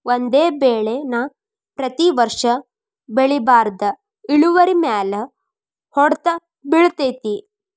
ಒಂದೇ ಬೆಳೆ ನಾ ಪ್ರತಿ ವರ್ಷ ಬೆಳಿಬಾರ್ದ ಇಳುವರಿಮ್ಯಾಲ ಹೊಡ್ತ ಬಿಳತೈತಿ